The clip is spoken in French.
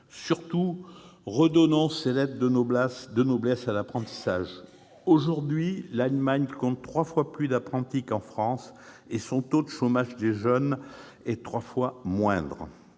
Surtout, redonnons ses lettres de noblesse à l'apprentissage. Aujourd'hui, l'Allemagne compte trois fois plus d'apprentis que la France et son taux de chômage des jeunes est trois fois moindre.